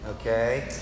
Okay